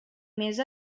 més